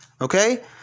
Okay